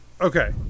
Okay